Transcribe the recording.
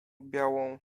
białą